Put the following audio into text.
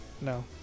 No